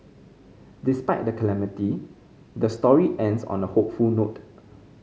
despite the calamity the story ends on a hopeful note